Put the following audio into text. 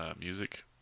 music